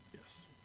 Yes